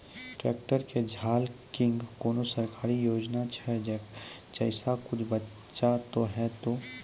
Tractor के झाल किंग कोनो सरकारी योजना छ जैसा कुछ बचा तो है ते?